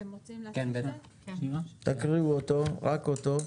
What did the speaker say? רק אותו.